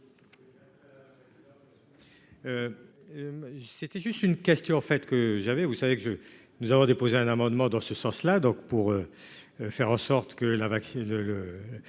C'était juste une question, au fait que j'avais, vous savez que je nous avons déposé un amendement dans ce sens là, donc, pour faire en sorte que la vacciner